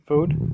Food